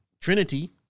Trinity